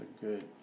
good